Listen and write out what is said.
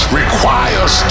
requires